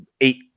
eight